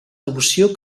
devoció